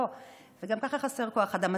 וגם ככה חסר כוח אדם.